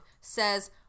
says